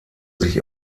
sich